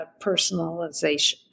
personalization